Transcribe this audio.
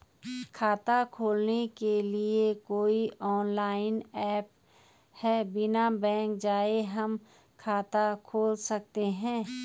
खाता खोलने के लिए कोई ऑनलाइन ऐप है बिना बैंक जाये हम खाता खोल सकते हैं?